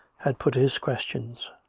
had put his question.